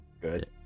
good